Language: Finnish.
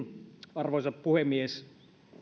arvoisa puhemies